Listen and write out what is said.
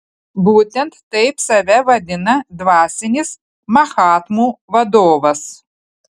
būtent taip save vadina dvasinis mahatmų vadovas